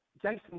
Jason